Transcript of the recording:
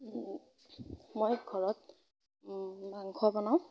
মই ঘৰত মাংস বনাওঁ